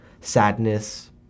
sadness